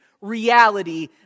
reality